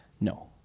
No